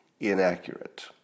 inaccurate